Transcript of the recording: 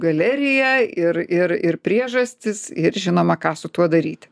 galeriją ir ir ir priežastis ir žinoma ką su tuo daryti